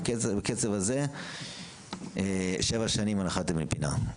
בקצב הזה שבע שנים הנחת אבן פינה.